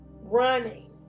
running